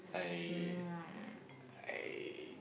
I I